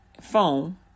phone